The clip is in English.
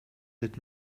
that